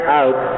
out